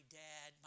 dad